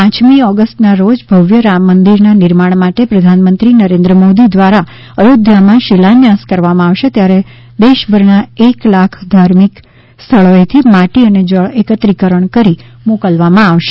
પમી ઓગસ્ટના રોજ ભવ્ય રામ મંદિરના નિર્માણ માટે પ્રધાનમંત્રી નરેન્દ્રભાઇ મોદી દ્વારા અયોધ્યામાં શિલાન્યાસ કરવામાં આવશે ત્યારે દેશભરના એક લાખ ધાર્મિક સ્થળોએથી માટી અને જળ એકત્રીકરણ કરી મોકલવામાં આવશે